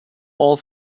all